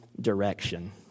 direction